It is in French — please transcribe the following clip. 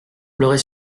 pleurer